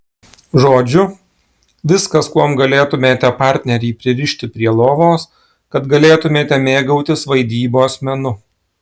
žodžiu viskas kuom galėtumėte partnerį pririšti prie lovos kad galėtumėte mėgautis vaidybos menu